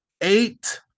eight